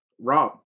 rob